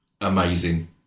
amazing